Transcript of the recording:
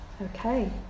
Okay